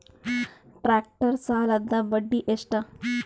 Tractor ಸಾಲದ್ದ ಬಡ್ಡಿ ಎಷ್ಟ?